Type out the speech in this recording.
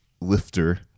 lifter